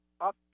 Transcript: up